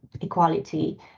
equality